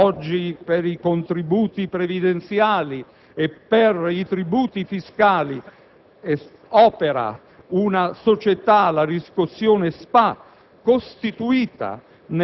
ricordare che oggi per i contributi previdenziali e per i tributi fiscali opera una società, la Riscossione